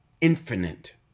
infinite